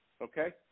okay